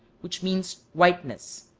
which means whiteness.